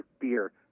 beer